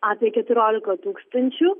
apie keturiolika tūkstančių